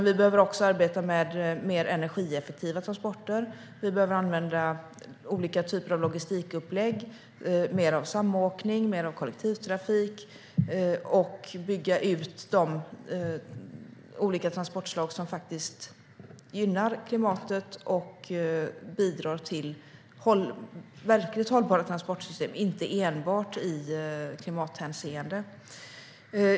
Vi behöver också arbeta med mer energieffektiva transporter, och vi behöver använda olika typer av logistikupplägg, mer av samåkning och mer av kollektivtrafik. Vi behöver också bygga ut de olika transportslag som gynnar klimatet och bidrar till verkligt hållbara transportsystem - inte enbart i klimathänseende.